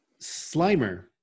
Slimer